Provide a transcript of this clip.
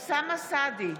אוסאמה סעדי,